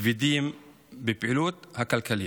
כבדים בפעילות הכלכלית.